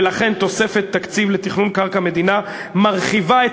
ולכן תוספת תקציב לתכנון קרקע מדינה מרחיבה את